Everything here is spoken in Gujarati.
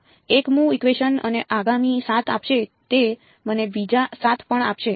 1મું ઇકવેશન મને આગામીમાં 7 આપશે તે મને બીજા 7 પણ આપશે